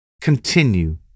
Continue